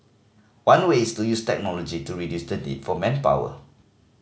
one way is to use technology to reduce the need for manpower